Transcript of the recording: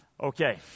Okay